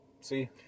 See